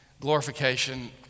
glorification